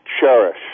Cherish